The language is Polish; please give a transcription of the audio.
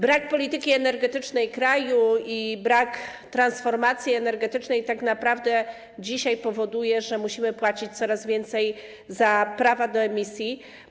Brak polityki energetycznej kraju i brak transformacji energetycznej tak naprawdę dzisiaj powodują, że musimy płacić coraz więcej za prawa do emisji.